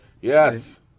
yes